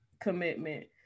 commitment